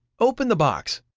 open the box,